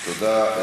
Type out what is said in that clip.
תודה.